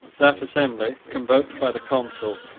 that assembly, convoked by the consul,